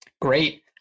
Great